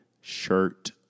shirt